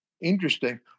interesting